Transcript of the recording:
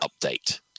update